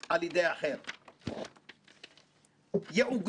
יעוגנו הוראות צינון שיאפשרו מעבר אנשים